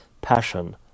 Passion